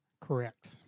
Correct